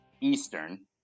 Eastern